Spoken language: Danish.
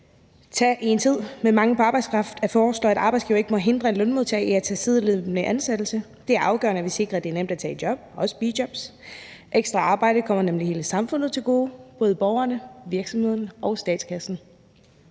i en tid med mangel på arbejdskraft at foreslå, at en arbejdsgiver ikke må hindre en lønmodtager i at tage sideløbende ansættelse. Det er afgørende, at vi sikrer, at det er nemt at tage et job, også et bijob. Ekstra arbejde kommer nemlig hele samfundet til gode, både borgerne, virksomhederne og statskassen.